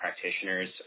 practitioners